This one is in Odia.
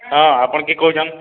ହଁ ଆପଣ୍ କିଏ କହୁଚନ୍